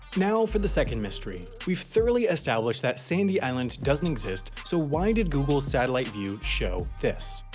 now for the second mystery. we've thoroughly established that sandy island doesn't exist so why did google's satellite view show this?